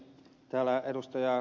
täällä ed